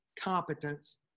competence